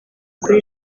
kuri